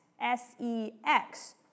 S-E-X